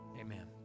Amen